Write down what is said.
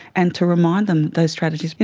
and to remind them those strategies.